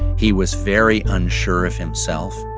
he was very unsure of himself,